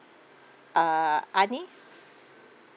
err ani